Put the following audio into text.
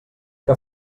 que